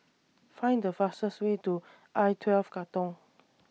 Find The fastest Way to I twelve Katong